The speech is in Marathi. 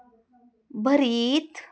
भरीत